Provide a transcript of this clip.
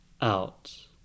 out